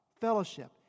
fellowship